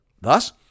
Thus